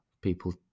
people